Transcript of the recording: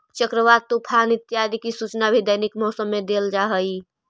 चक्रवात, तूफान इत्यादि की सूचना भी दैनिक मौसम में देल जा हई